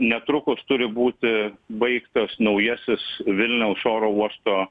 netrukus turi būti baigtas naujasis vilniaus oro uosto